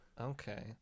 okay